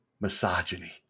Misogyny